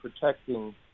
protecting